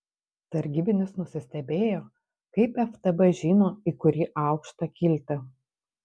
sargybinis nusistebėjo kaip ftb žino į kurį aukštą kilti